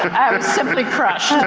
i was simply crushed.